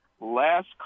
last